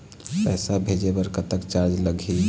पैसा भेजे बर कतक चार्ज लगही?